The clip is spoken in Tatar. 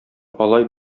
алай